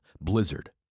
Blizzard